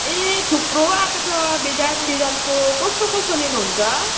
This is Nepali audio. ए थुप्रो आएको छ डिजाइन डिजाइनको कस्तो कस्तो लिनुहुन्छ